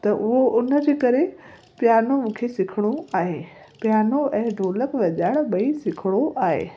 त उहो हुनजे करे प्यानो मूंखे सिखिणो आहे प्यानो ऐं ढोलक वॼाइण ॿई सिखिणो आहे